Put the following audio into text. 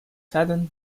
sudden